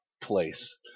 place